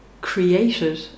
created